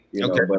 Okay